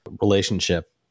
relationship